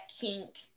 kink